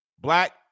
black